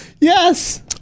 Yes